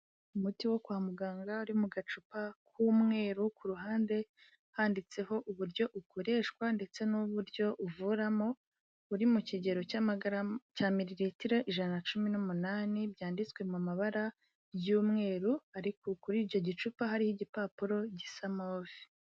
Umuti wo kwa muganga uri mu gacupa k'umweru ku ruhande handitseho uburyo ukoreshwa ndetse n'uburyo uvuramo buri mu kigero cy'amagarama, cya mililitiro ijana na cumi n'umunani byanditswe mu mabara y'umweru ariko kuri icyo gicupa hariho igipapuro gisa move.